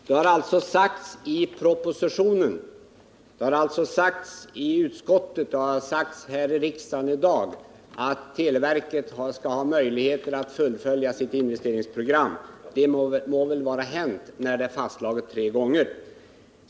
Herr talman! Det har sagts i propositionen, i utskottsbetänkandet och här i kammaren i dag att televerket skall ha möjlighet att fullfölja sitt investeringsprogram. Det må väl stå klart, när det nu har fastslagits tre gånger.